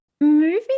moving